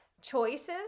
choices